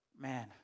man